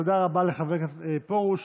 תודה רבה לחבר הכנסת פרוש.